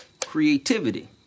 creativity